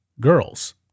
girls